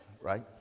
Right